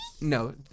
No